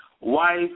Wife